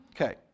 Okay